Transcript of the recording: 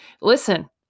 listen